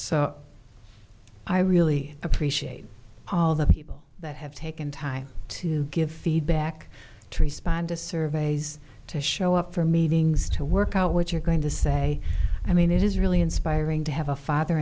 so i really appreciate all the people that have taken time to give feedback to respond to surveys to show up for meetings to work out what you're going to say i mean it is really inspiring to have a father